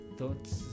Thoughts